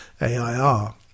AIR